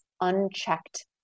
unchecked